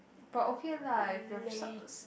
but okay lah if your s~